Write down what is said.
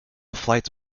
flights